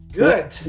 good